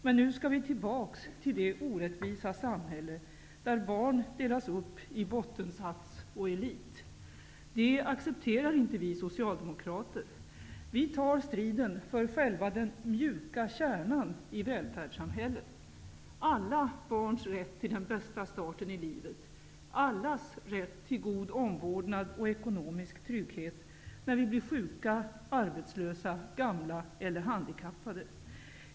Men nu skall vi tillbaks till det orättvisa samhälle där barn delas upp i bot tensats och elit. Det accepterar inte vi socialdemokrater. Vi tar striden för själva den mjuka kärnan i välfärds samhället -- alla barns rätt till den bästa starten i livet, allas rätt till god omvårdnad och ekonomisk trygghet när vi blir sjuka, arbetslösa, gamla eller handikappade.